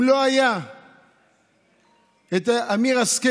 אם לא היה אמיר השכל